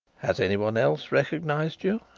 has anyone else recognized you?